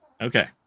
Okay